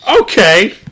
Okay